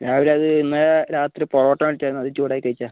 രാവിലെ അത് ഇന്നലെ രാത്രി പൊറോട്ട മേടിച്ചായിരുന്നു അത് ചൂടാക്കി കഴിച്ചതാണ്